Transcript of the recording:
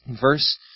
Verse